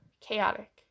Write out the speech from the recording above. Chaotic